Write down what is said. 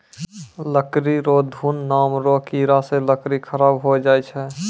लकड़ी रो घुन नाम रो कीड़ा से लकड़ी खराब होय जाय छै